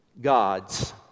God's